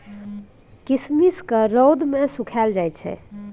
किशमिश केँ रौद मे सुखाएल जाई छै